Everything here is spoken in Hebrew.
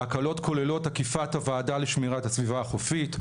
ההקלות כוללת עקיפת הוועדה לשמירת הסביבה החופית,